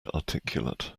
articulate